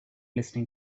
listening